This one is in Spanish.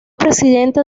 presidente